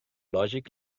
lògic